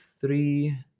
three